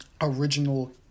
original